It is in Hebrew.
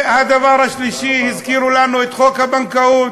והדבר השלישי, הזכירו לנו את חוק הבנקאות,